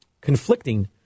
conflicting